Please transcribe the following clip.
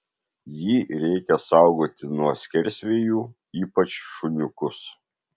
jį reikia saugoti nuo skersvėjų ypač šuniukus